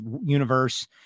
universe